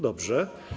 Dobrze.